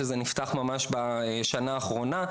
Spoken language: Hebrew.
שזה נפתח ממש בשנה האחרונה.